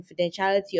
confidentiality